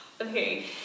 okay